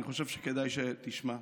אני חושב שכדאי שתשמע.